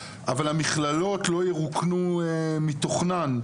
אבל המכללות לא ירוקנו מתוכן,